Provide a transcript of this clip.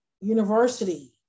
university